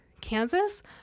Kansas